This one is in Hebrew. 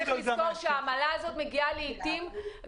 וצריך לזכור שלעיתים העמלה הזאת מגיעה גם